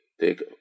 take